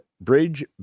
Bridge